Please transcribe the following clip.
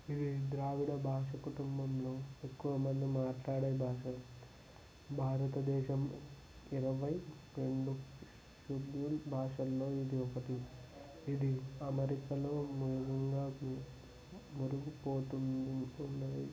ఇది ద్రావిడ భాష కుటుంబంలో ఎక్కువ మంది మాట్లాడే భాష భారతదేశం ఇరవై రెండు షెడ్యూల్ భాషలలో ఇది ఒకటి ఇది అమెరికాలో మరుగున పోతూ ఉన్నది